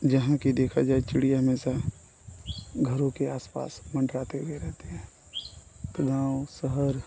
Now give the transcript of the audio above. जहाँ कि देखा जाए चिड़िया हमेशा घरों के आस पास मंडराते हुए रहते हैं तो गाँव शहर